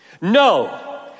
No